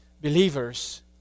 Believers